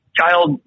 child